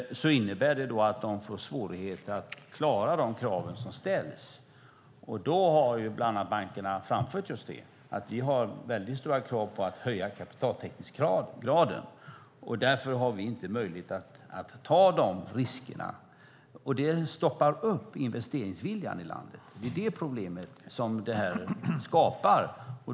Det innebär att de får svårigheter att klara de krav som ställs. Då har bland annat bankerna framfört just att vi har stora krav på att höja kapitaltäckningsgraden och att de därför inte har möjlighet att ta de riskerna. Det stoppar upp investeringsviljan i landet. Det är det problemet som detta skapar.